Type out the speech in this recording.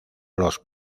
los